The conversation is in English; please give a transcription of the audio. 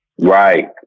Right